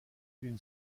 une